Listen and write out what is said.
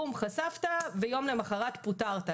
בום, חשפת, ויום למוחרת פוטרת.